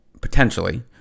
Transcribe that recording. potentially